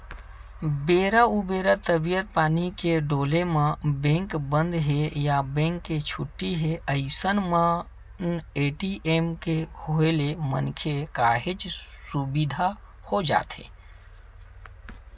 बेरा उबेरा तबीयत पानी के डोले म बेंक बंद हे या बेंक के छुट्टी हे अइसन मन ए.टी.एम के होय ले मनखे काहेच सुबिधा हो जाथे